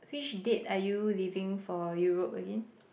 which date are you leaving for Europe again